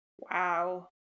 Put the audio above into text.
Wow